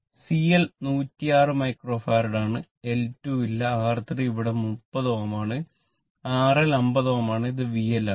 C L 106 microfarad ആണ് L 2 ഇല്ല R 3 അവിടെ 30 Ω ആണ് R L 50 Ω ആണ് ഇത് V L ആണ്